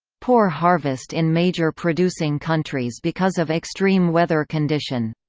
poor harvest in major producing countries because of extreme weather condition